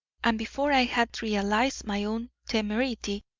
and before i had realised my own temerity,